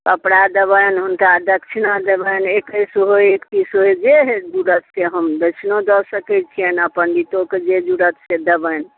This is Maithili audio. कपड़ा देबैनि हुनका दक्षिणा देबैनि एक्कैस होइ एकतिस होइ जे होइ जुड़त से हम दक्षिनो दऽ सकै छियनि अपन पण्डितो के जे जुड़त से देबैनि